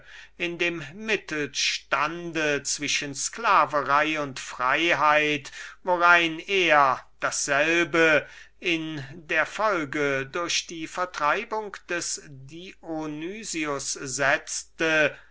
in dem mittelstand zwischen sklaverei und freiheit worein er dasselbe in der folge durch die vertreibung des dionysius setzte